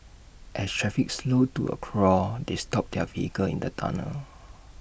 as traffic slowed to A crawl they stopped their vehicle in the tunnel